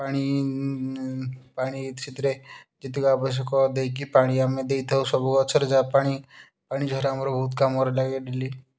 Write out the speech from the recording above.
ପାଣି ପାଣି ସେଥିରେ ଯେତିକି ଆବଶ୍ୟକ ଦେଇକି ପାଣି ଆମେ ଦେଇଥାଉ ସବୁ ଗଛରେ ଯାହା ପାଣି ପାଣିଝରା ଆମର ବହୁତ କାମରେ ଲାଗେ ଡେଲି